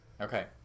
Okay